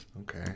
Okay